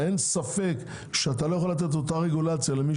אין ספק שאתה לא יכול לתת את אותה רגולציה למי